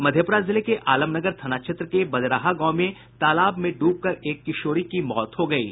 मधेपुरा जिले के आलनगर थाना क्षेत्र के बजराहा गांव में तालाब में ड्रबकर एक किशोरी की मौत हो गयी